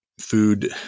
food